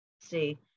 See